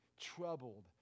troubled